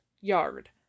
yard